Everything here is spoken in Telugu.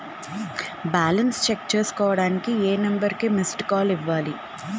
బాలన్స్ చెక్ చేసుకోవటానికి ఏ నంబర్ కి మిస్డ్ కాల్ ఇవ్వాలి?